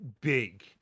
big